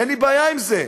אין לי בעיה עם זה.